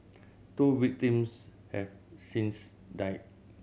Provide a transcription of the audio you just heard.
two victims have since died